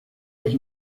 dos